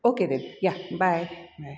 okay दे bye bye